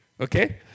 okay